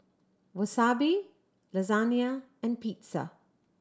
Wasabi Lasagne and Pizza